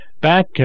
Back